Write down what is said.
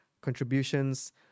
contributions